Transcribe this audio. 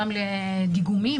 גם לדיגומים,